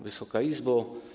Wysoka Izbo!